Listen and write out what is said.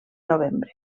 novembre